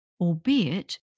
albeit